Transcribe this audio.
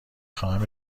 خواهم